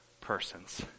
persons